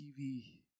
TV